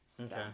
Okay